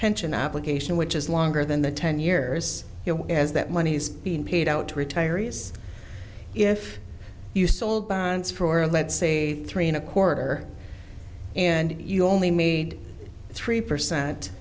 pension application which is longer than the ten years as that money is being paid out to retirees if you sold bonds for let's say three and a quarter and you only made three percent